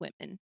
women